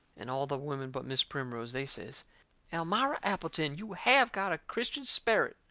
and all the women but mis' primrose, they says elmira appleton, you have got a christian sperrit!